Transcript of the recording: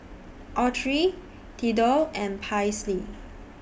Autry Theadore and Paisley